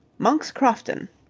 monk's crofton,